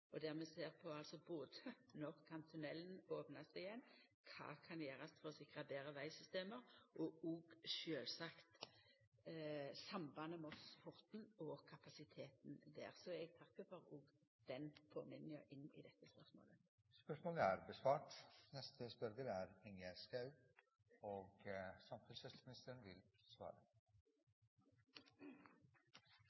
og dermed ser på; både når tunnelen kan opnast igjen, kva som kan gjerast for å sikra betre vegsystem og også sjølvsagt sambandet Moss–Horten og kapasiteten der. Så eg takkar for òg den påminninga i dette spørsmålet. Jeg skulle gjerne oppholdt meg lenger i Moss og